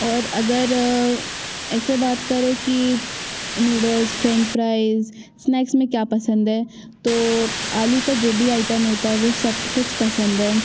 और अगर ऐसे बात करें कि नूडल्स फ्रेंच फ्राइज़ स्नेक्स में क्या पसंद है तो आलू का जो भी आइटम होता है वो सब कुछ पसंद है